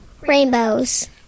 Rainbows